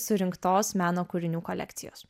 surinktos meno kūrinių kolekcijos